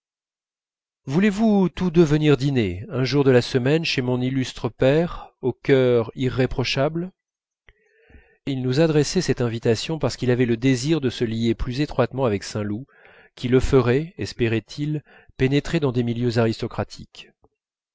voulez-vous tous deux venir dîner un jour de la semaine chez mon illustre père au cœur irréprochable il nous adressait cette invitation parce qu'il avait le désir de se lier plus étroitement avec saint loup qui le ferait espérait il pénétrer dans les milieux aristocratiques